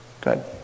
Good